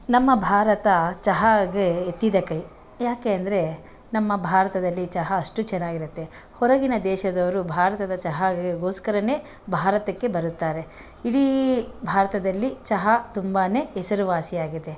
ನಮ್ಮ ಭಾರತ ಚಹಾಗೆ ಎತ್ತಿದ ಕೈ ಯಾಕೆಂದರೆ ನಮ್ಮ ಭಾರತದಲ್ಲಿ ಚಹಾ ಅಷ್ಟು ಚೆನ್ನಾಗಿರತ್ತೆ ಹೊರಗಿನ ದೇಶದವರು ಭಾರತದ ಚಹಾಗೆ ಗೋಸ್ಕರನೇ ಭಾರತಕ್ಕೆ ಬರುತ್ತಾರೆ ಇಡೀ ಭಾರತದಲ್ಲಿ ಚಹಾ ತುಂಬಾ ಹೆಸರುವಾಸಿ ಆಗಿದೆ